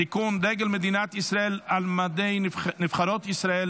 (תיקון דגל מדינת ישראל על מדי נבחרות ישראל),